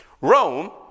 Rome